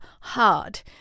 hard